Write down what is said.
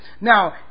Now